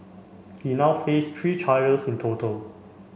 he now face three charges in total